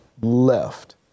left